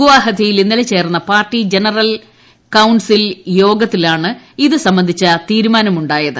ഗുവാഹത്തിൽ ഇന്നലെ ചേർന്ന party general council യോഗത്തിലാണ് ഇത് സംബന്ധിച്ച തീരുമാനമുണ്ടായത്